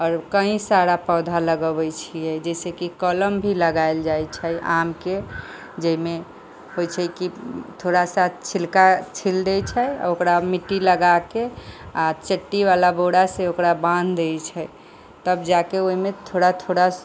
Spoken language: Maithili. आओर कई सारा पौधा लगऽबै छियै जैसेकि कलम भी लगायल जाय छै आमके जाहिमे होइ छै की थोड़ा सा छिलका छिल दै छै आ ओकरा मिट्टी लगाके आ चट्टी बला बोरा से ओकरा बाँन्ध दै छै तब जाके ओहिमे थोड़ा थोड़ा